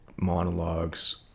monologues